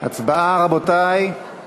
ההצעה להסיר מסדר-היום